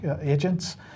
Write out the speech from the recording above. agents